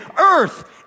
earth